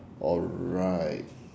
alright